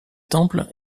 temples